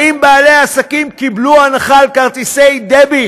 האם בעלי העסקים קיבלו הנחה על כרטיסי דביט?